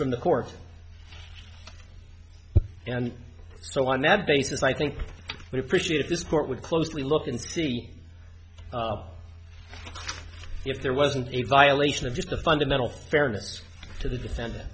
from the court and so on that basis i think we appreciated the support would closely look and see if there wasn't a violation of just the fundamental fairness to the defendant